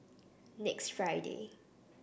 next Friday